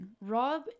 Rob